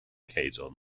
quezon